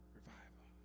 Revival